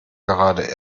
gerade